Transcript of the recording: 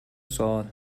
سوال